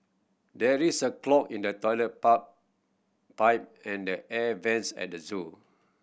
there is a clog in the toilet pipe and the air vents at the zoo